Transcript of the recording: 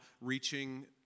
reaching